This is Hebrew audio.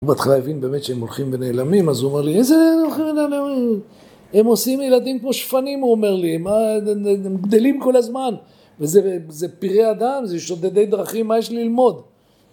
הוא בהתחלה הבין באמת שהם הולכים ונעלמים, אז הוא אומר לי, איזה ילדים הולכים ונעלמים? הם עושים ילדים כמו שפנים, הוא אומר לי, הם גדלים כל הזמן. וזה פראי אדם, זה שודדי דרכים, מה יש ללמוד?